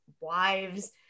wives